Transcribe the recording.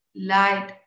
light